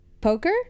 Poker